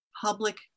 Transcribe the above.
Public